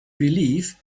believe